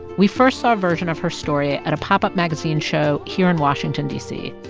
we first saw a version of her story at a pop-up magazine show here in washington, d c.